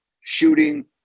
shooting